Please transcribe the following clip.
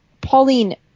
Pauline